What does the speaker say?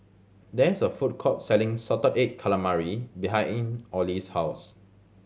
there is a food court selling salted egg calamari behind in Ollie's house